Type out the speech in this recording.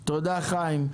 תודה, חיים.